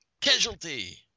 Casualty